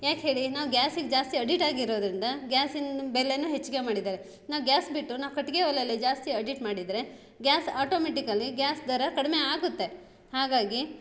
ಯಾಕೆ ಹೇಳಿ ನಾವು ಗ್ಯಾಸಿಗೆ ಜಾಸ್ತಿ ಅಡಿಟ್ ಆಗಿರೋದರಿಂದ ಗ್ಯಾಸಿನ ಬೆಲೆನು ಹೆಚ್ಚಿಗೆ ಮಾಡಿದ್ದಾರೆ ನಾವು ಗ್ಯಾಸ್ ಬಿಟ್ಟು ನಾವು ಕಟ್ಟಿಗೆ ಒಲೆಲೆ ಜಾಸ್ತಿ ಅಡಿಟ್ ಮಾಡಿದರೆ ಗ್ಯಾಸ್ ಆಟೋಮೆಟಿಕಲ್ಲಿ ಗ್ಯಾಸ್ ದರ ಕಡಿಮೆ ಆಗುತ್ತೆ ಹಾಗಾಗಿ